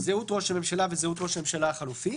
"(1) זהות ראש הממשלה וזהות ראש הממשלה החלופי,